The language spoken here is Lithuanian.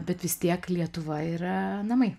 bet vis tiek lietuva yra namai